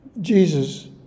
Jesus